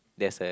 there's a